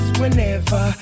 whenever